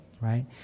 right